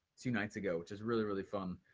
two nights ago, which was really, really fun.